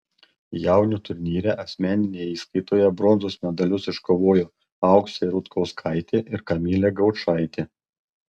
jaunių turnyre asmeninėje įskaitoje bronzos medalius iškovojo auksė rutkauskaitė ir kamilė gaučaitė